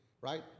right